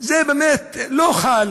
באמת לא חל